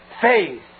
faith